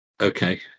Okay